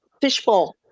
fishbowl